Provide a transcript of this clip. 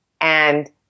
And-